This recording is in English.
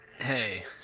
Hey